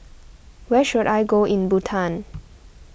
where should I go in Bhutan